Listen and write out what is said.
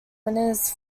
winners